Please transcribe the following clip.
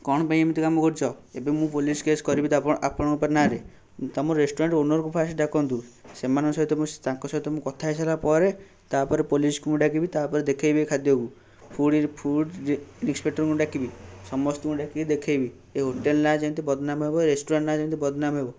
କ'ଣ ପାଇଁ ଏମିତି କାମ କରୁଛ ଏବେ ମୁଁ ପୋଲିସ କେସ୍ କରିବି ତ ଆପ ଆପଣଙ୍କ ନାଁରେ ତୁମ ରେଷ୍ଟୁରାଣ୍ଟ ଓନରଙ୍କୁ ଫାଷ୍ଟ ଡାକନ୍ତୁ ସେମାନଙ୍କ ସହିତ ମୁଁ ତାଙ୍କ ସହିତ ମୁଁ କଥା ହେଇ ସାରିଲା ପରେ ତା'ପରେ ପୋଲିସକୁ ମୁଁ ଡାକିବି ତା'ପରେ ଦେଖେଇବି ଏ ଖାଦ୍ୟକୁ ଫୁଡ଼ି ଫୁଡ଼ ଜେ ଇନ୍ସପେକ୍ଟରଙ୍କୁ ଡାକିବି ସମସ୍ତଙ୍କୁ ଡାକିକି ଦେଖେଇବି ଏ ହୋଟେଲ ନାଁ ଯେମିତି ବଦନାମ ହେବ ରେଷ୍ଟୁରାଣ୍ଟ ନାଁ ଯେମିତି ବଦନାମ ହେବ